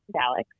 Alex